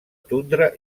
tundra